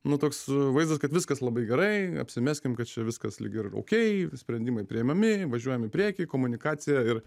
nu toks vaizdas kad viskas labai gerai apsimeskim kad čia viskas lyg ir oukei sprendimai priimami važiuojam į priekį komunikacija ir